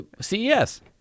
CES